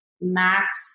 max